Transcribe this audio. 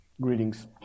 greetings